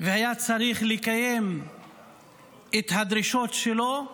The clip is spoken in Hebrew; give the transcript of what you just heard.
והיה צריך לקיים את הדרישות שלו כלשונן.